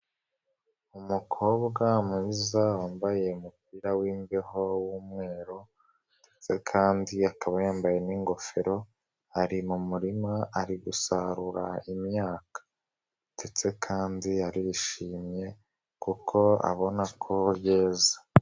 Umukobwa mwiza wambaye umupira w'imbeho w'umweru ndetse kandi akaba yambaye n'ingofero, ari mu murima, ari gusarura imyaka ndetse kandi arishimye kuko abona ko yeza.